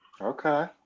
Okay